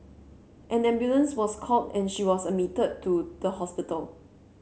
an ambulance was called and she was admitted to the hospital